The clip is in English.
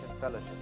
Fellowship